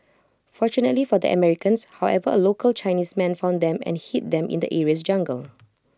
fortunately for the Americans however A local Chinese man found them and hid them in the area's jungle